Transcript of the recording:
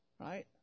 right